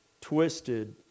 twisted